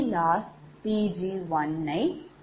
PLoss Pg1 நை எடுத்துக்கொள்ளவில்லை